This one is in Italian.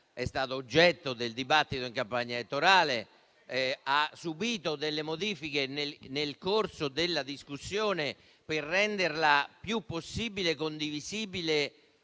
d'Italia e del dibattito in campagna elettorale e ha subito delle modifiche nel corso della discussione, per renderla il più possibile condivisibile